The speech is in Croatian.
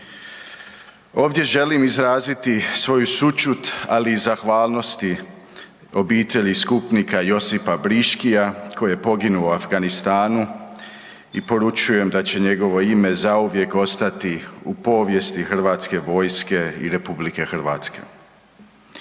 Ovdje želim izraziti svoju sućut, ali i zahvalnosti obitelji skupnika Josipa Briškija koji je poginuo u Afganistanu i poručujem da će njegovo ime zauvijek ostati u povijesti Hrvatske vojske i RH.